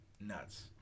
nuts